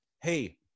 hey